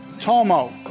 Tomo